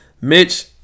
Mitch